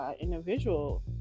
individual